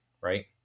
right